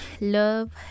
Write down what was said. love